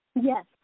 Yes